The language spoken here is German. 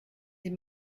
sie